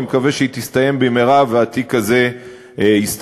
אני מקווה שהיא תסתיים במהרה והתיק הזה יסתיים.